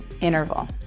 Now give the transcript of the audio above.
interval